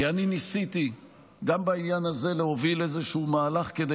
כי אני ניסיתי גם בעניין הזה להוביל איזשהו מהלך כדי